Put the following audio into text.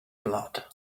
blood